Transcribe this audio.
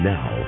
Now